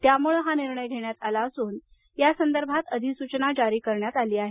त्यामुळे हा निर्णय घेण्यात आला असून या संदर्भात अधिसूचना जारी करण्यात आली आहे